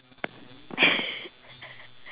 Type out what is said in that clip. actually in their life